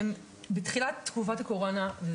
בתחילת תקופת הקורונה,